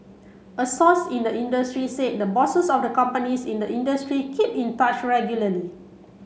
a source in the industry said the bosses of the companies in the industry keep in touch regularly